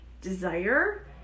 desire